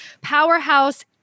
powerhouse